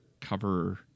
cover